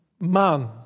man